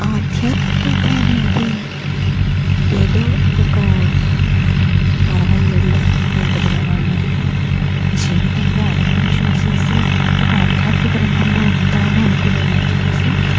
ఆధ్యాత్మికత అనేది ఏదో ఒక అరవై ఏళ్ళ పైబడిన వాళ్ళో జీవితంలో అన్నీ చూసేసి ఒక ఆధ్యాత్మికత రంగంలో ఉందాము అనుకునే వాళ్ళ కోసం